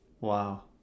Wow